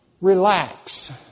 relax